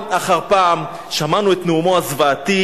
זה מתחיל מאותה אווילות,